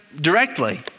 directly